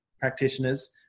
practitioners